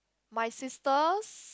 my sister's